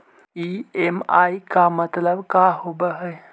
EMI मतलब का होब हइ?